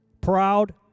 proud